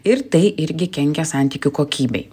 ir tai irgi kenkia santykių kokybei